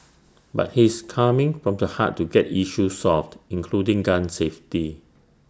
but he's coming from the heart to get issues solved including gun safety